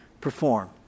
perform